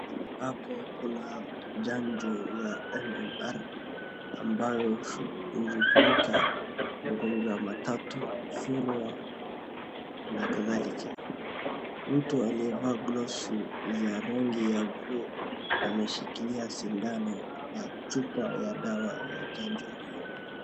Hapo kuna chanjo ya MMR ambayo inatumika mgonjwa wa matatu, zile na kadhalika. Mtu aliyevaa gloves za rangi ya buluu ameshikilia sindano na chupa ya dawa ya chanjo hiyo.